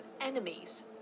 enemies